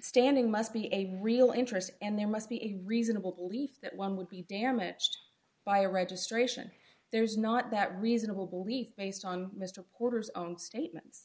standing must be a real interest and there must be a reasonable belief that one would be damaged by a registration there's not that reasonable belief based on mr porter's own statements